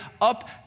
up